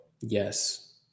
Yes